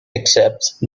accepts